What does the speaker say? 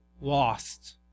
lost